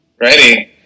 ready